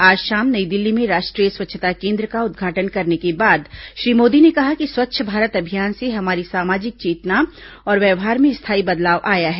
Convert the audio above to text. आज शाम नई दिल्ली में राष्ट्रीय स्वच्छता केंद्र का उद्घाटन करने के बाद श्री मोदी ने कहा कि स्वच्छ भारत अभियान से हमारी सामाजिक चेतना और व्यवहार में स्थायी बदलाव आया है